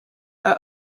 are